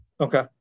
Okay